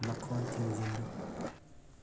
ꯃꯈꯣꯟ ꯊꯤꯡꯖꯤꯜꯂꯨ